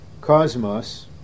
Cosmos